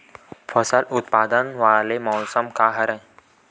फसल उत्पादन वाले मौसम का हरे?